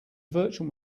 virtual